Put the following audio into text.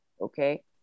okay